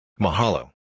Mahalo